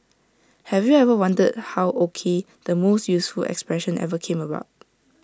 have you ever wondered how O K the most useful expression ever came about